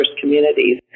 communities